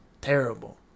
terrible